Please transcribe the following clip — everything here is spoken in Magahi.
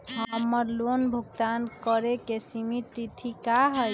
हमर लोन भुगतान करे के सिमित तिथि का हई?